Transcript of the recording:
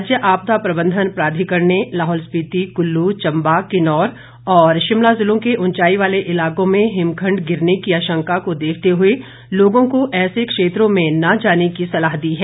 राज्य आपदा प्रबंधन प्राधिकरण ने लाहौल स्पिति कुल्लू चंबा किन्नौर और शिमला जिलों के उंचाई वाले इलाकों में हिमखंड गिरने की आशंका को देखते हुए लोगों को ऐसे क्षेत्रों में न जाने की सलाह दी है